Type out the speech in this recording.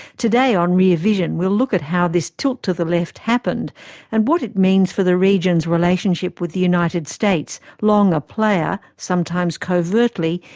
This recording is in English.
today on rear vision we'll look at how this tilt to the left happened and what it means for the region's relationship with the united states, long a player, sometimes covertly,